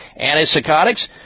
Antipsychotics